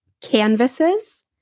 canvases